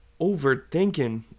overthinking